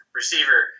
receiver